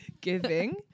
giving